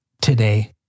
today